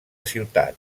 ciutat